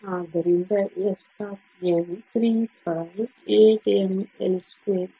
ಆದ್ದರಿಂದ s 3π8mL2Eh232